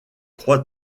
crois